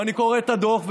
ואני קורא את הדוח,